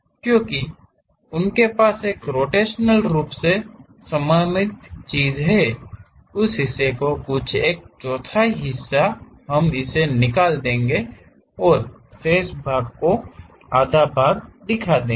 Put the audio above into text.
क्योंकि उनके पास एक रोटेशनल रूप से सममित चीज़ है उस हिस्से का कुछ एक चौथाई हिस्सा हम इसे निकाल देंगे और शेष भाग को आधा भाग दिखा देंगे